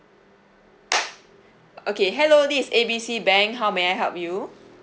okay hello this is A B C bank how may I help you